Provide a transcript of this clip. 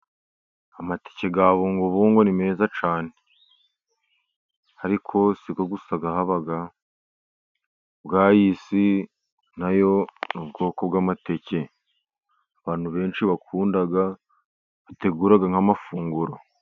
Amateke yabungubungu ni meza cyane ariko siyo gusa haba bwayisi nayo ni ubwoko bw'amateke abantu benshi bakunda bategura nk'amafunguro.